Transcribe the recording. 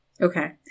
Okay